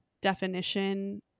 definition